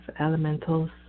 elementals